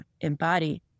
embody